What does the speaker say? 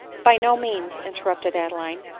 by no means, interrupted adeline,